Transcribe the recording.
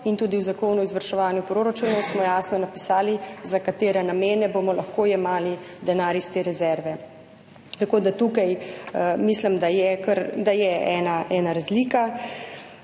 Tudi v zakonu o izvrševanju proračunov smo jasno napisali, za katere namene bomo lahko jemali denar iz te rezerve. Tako da tukaj mislim, da je ena razlika.